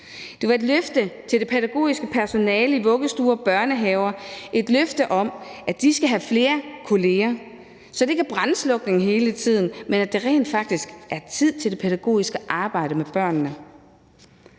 Det var et løfte til det pædagogiske personale i vuggestuer og børnehaver om, at de skal have flere kolleger, så det ikke er brandslukning hele tiden, men at der rent faktisk er tid til det pædagogiske arbejde med børnene.